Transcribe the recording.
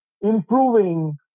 improving